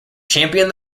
championed